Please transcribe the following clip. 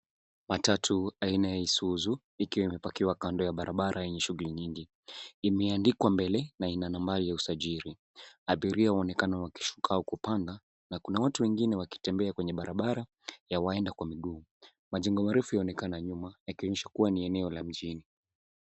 Matatu aina ya Isuzu, ikiwa imepakiwa kando ya barabara yenye shughuli nyingi, imeandikwa mbele na ina nambari ya usajili. Abiria waonekana wakishuka au kupanda na kuna watu wengine wakitembea kwenye barabara ya waenda kwa miguu. Majumba marefu yaonekana nyuma yakionyesha kuwa ni eneo la mjini.